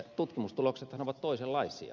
tutkimustuloksethan ovat toisenlaisia